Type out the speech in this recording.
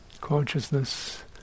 Consciousness